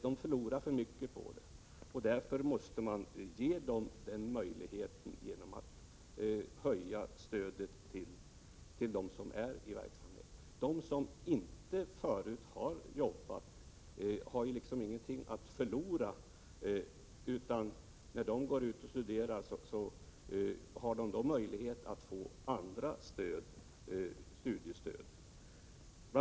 De förlorade för mycket. Därför måste man ge dem denna möjlighet genom att höja stödet till dem som är i verksamhet. De som inte har jobbat förut har ju liksom ingenting att förlora. När de går ut och studerar har de ju möjlighet att få andra studiestöd.